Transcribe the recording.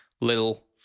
little